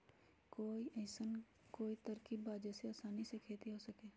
कोई अइसन कोई तरकीब बा जेसे आसानी से खेती हो सके?